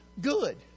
good